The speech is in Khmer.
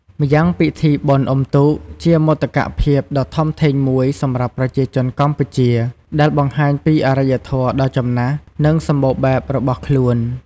ម្យ៉ាងពិធីបុណ្យអុំទូកជាមោទកភាពដ៏ធំធេងមួយសម្រាប់ប្រជាជនកម្ពុជា ដែលបង្ហាញពីអរិយធម៌ដ៏ចំណាស់ និងសម្បូរបែបរបស់ខ្លួន។